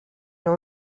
know